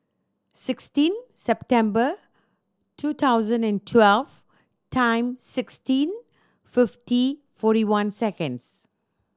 sixteen September two thousand and twelve time sixteen fifty forty one seconds